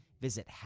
Visit